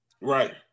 right